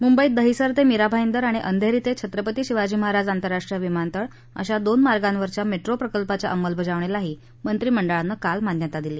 मुंबईत दहिसर तप्रीरा भाईदर आणि अंधप्तीत छित्रपती शिवाजी महाराज आंतरराष्ट्रीय विमानतळ अशा दोन मार्गावरच्या मट्री प्रकल्पाच्या अंमलबजावणीलाही मंत्रिमंडळानं मान्यता दिली